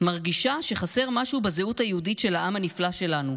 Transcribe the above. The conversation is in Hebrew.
מרגישה שחסר משהו בזהות היהודית של העם הנפלא שלנו,